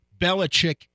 Belichick